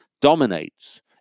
dominates